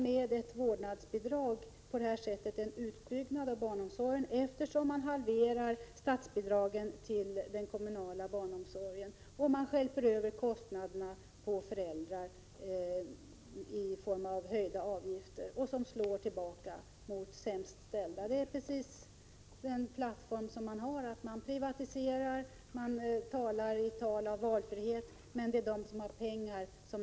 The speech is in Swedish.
Med ett vårdnadsbidrag motverkar man en utbyggnad av barnomsorgen, eftersom statsbidragen till den kommunala barnomsorgen halveras och man stjälper över kostnaderna på föräldrarna i form av höjda avgifter. Detta slår mot dem som har det sämst ställt. Detta är alltså den gemensamma borgerliga plattformen: man privatiserar och talar om valfrihet. Men valfriheten gäller dem som har pengar.